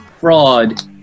fraud